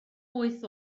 wyth